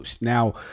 Now